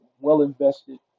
well-invested